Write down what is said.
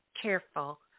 careful